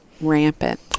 rampant